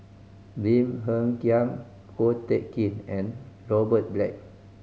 Lim Hng Kiang Ko Teck Kin and Robert Black